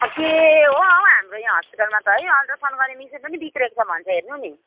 अब के हो हो हाम्रो यहाँ हस्पिटलमा त है अल्ट्रासाउन्ड गर्ने मसिन पनि बिग्रेको छ भन्छ हेर्नु नि